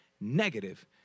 negative